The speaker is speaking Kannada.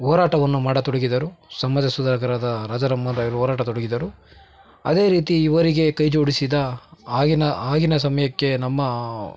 ಹೋರಾಟವನ್ನು ಮಾಡತೊಡಗಿದರು ಸಮಾಜ ಸುಧಾರಕರಾದ ರಾಜಾರಾಮ್ ಮೋಹನ್ ರಾಯ್ರು ಹೋರಾಟ ತೊಡಗಿದರು ಅದೇ ರೀತಿ ಇವರಿಗೆ ಕೈ ಜೋಡಿಸಿದ ಆಗಿನ ಆಗಿನ ಸಮಯಕ್ಕೆ ನಮ್ಮ